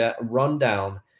rundown